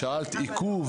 שאלת על עיכוב.